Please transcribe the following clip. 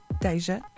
Deja